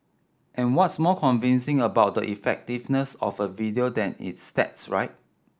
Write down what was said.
and what's more convincing about the effectiveness of a video than its stats right